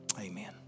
Amen